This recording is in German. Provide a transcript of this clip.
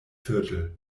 viertel